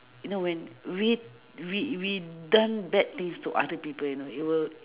you know when we we we done bad things to other people you know it will